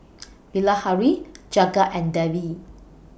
Bilahari Jagat and Devi